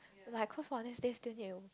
like cause Wednesday still need to